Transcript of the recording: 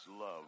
love